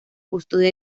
custodia